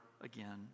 again